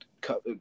cut